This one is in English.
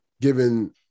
given